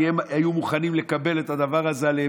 כי הם היו מוכנים לקבל את הדבר הזה עליהם,